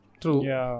True